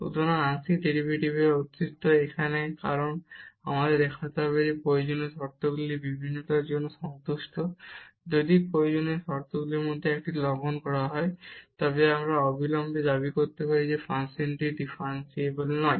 সুতরাং আংশিক ডেরিভেটিভের অস্তিত্ব এখন কারণ আমাদের দেখাতে হবে যে প্রয়োজনীয় শর্তগুলি ভিন্নতার জন্য সন্তুষ্ট যদি প্রয়োজনীয় শর্তগুলির মধ্যে একটি লঙ্ঘন করা হয় তবে আমরা অবিলম্বে দাবি করতে পারি যে ফাংশনটি ডিফারেনসিবল নয়